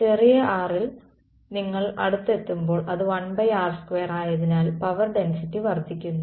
ചെറിയ r ൽ നിങ്ങൾ അടുത്തെത്തുമ്പോൾ അത് 1r2 ആയതിനാൽ പവർ ഡെൻസിറ്റി വർദ്ധിക്കുന്നു